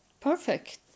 perfect